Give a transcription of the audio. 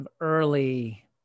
early